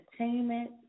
entertainment